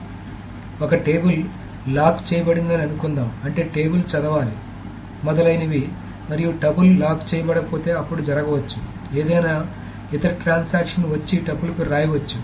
కాబట్టి ఒక table lock చేయబడిందని అనుకుందాం అంటే టేబుల్ చదవాలి మొదలైనవి మరియు టపుల్ లాక్ చేయబడకపోతే అప్పుడు జరగవచ్చు ఏదైనా ఇతర ట్రాన్సాక్షన్ వచ్చి టపుల్కు వ్రాయవచ్చు